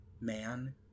Man